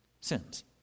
sins